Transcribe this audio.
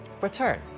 return